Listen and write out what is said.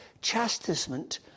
Chastisement